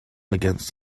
against